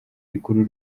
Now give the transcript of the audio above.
rikuru